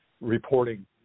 reporting